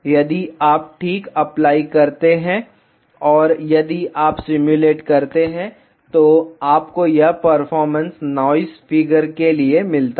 यदि आप ठीक अप्लाई करते हैं और यदि आप सिम्युलेट करते हैं तो आपको यह परफॉर्मेंस नॉइस फिगर के लिए मिलता है